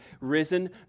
risen